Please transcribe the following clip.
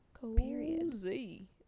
Cozy